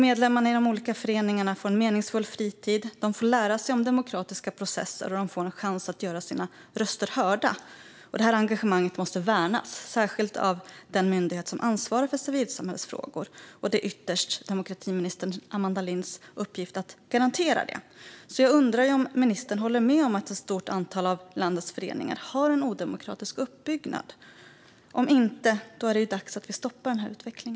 Medlemmarna i de olika föreningarna får en meningsfull fritid, de får lära sig om demokratiska processer och de får en chans att göra sina röster hörda. Det här engagemanget måste värnas, särskilt av den myndighet som ansvarar för civilsamhällesfrågor, och det är ytterst demokratiminister Amanda Linds uppgift att garantera det. Jag undrar om ministern håller med om att ett stort antal av landets föreningar har en odemokratisk uppbyggnad. Om hon inte gör det är det dags att vi stoppar denna utveckling.